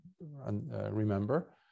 remember